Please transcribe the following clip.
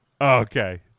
okay